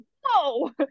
whoa